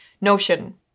notion